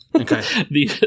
Okay